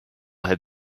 had